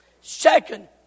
Second